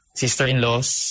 sister-in-laws